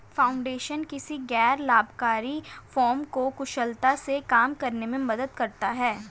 foundation किसी भी गैर लाभकारी फर्म को कुशलता से काम करने में मदद करता हैं